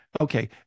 Okay